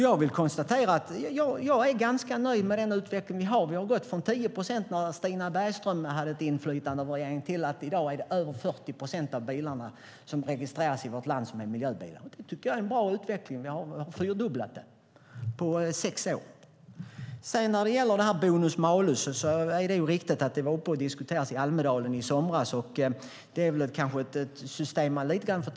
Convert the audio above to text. Jag konstaterar att jag är nöjd med utvecklingen. Vi har gått från 10 procent när Stina Bergström hade ett inflytande i regeringen till att över 40 procent av bilarna som registreras i vårt land i dag är miljöbilar. Det är en bra utveckling. Den har fyrdubblats på sex år. Sedan var det frågan om bonus-malus. Det är riktigt att frågan diskuterades i Almedalen i somras. Det är ett system som vi måste se över.